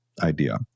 idea